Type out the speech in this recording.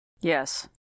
Yes